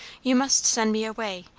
you must send me away,